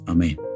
Amen